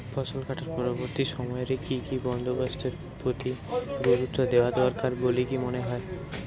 ফসলকাটার পরবর্তী সময় রে কি কি বন্দোবস্তের প্রতি গুরুত্ব দেওয়া দরকার বলিকি মনে হয়?